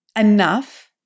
enough